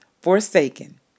forsaken